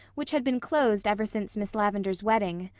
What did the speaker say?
which had been closed ever since miss lavendar's wedding,